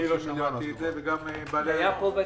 זה נאמר פה בדיון.